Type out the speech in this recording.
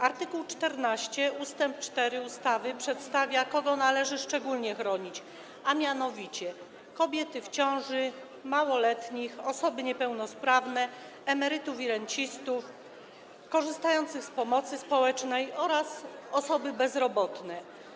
Art. 14 ust. 4 ustawy przedstawia, kogo należy szczególnie chronić, a mianowicie kobiety w ciąży, małoletnich, osoby niepełnosprawne, emerytów i rencistów, korzystających z pomocy społecznej oraz osoby bezrobotne.